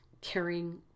caring